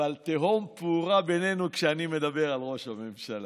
אבל תהום פעורה בינינו כשאני מדבר על ראש הממשלה.